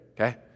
Okay